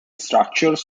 structure